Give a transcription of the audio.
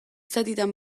zatitan